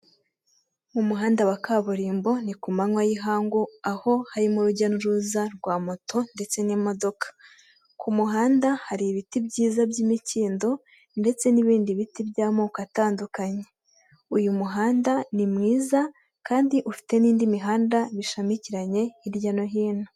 Mu muhanda wa kaburimbo ni ku manywa y'ihangu aho harimo urujya n'uruza rwa moto ndetse n'imodoka, ku muhanda hari ibiti byiza by'imikindo ndetse n'ibindi biti by'amoko atandukanye. Uyu muhanda ni mwiza kandi ufite n'indi mihanda bishamikiranye hirya no hino.